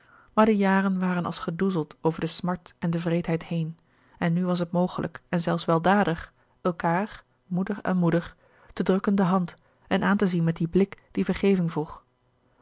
maar de jaren waren als gedoezeld over de smart en de wreedheid heen en nu was het mogelijk en zelfs weldadig elkaâr moeder aan moeder te drukken de hand en aan te zien met dien blik die vergeving vroeg